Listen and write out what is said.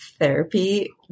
therapy